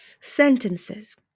sentences